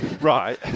Right